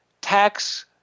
tax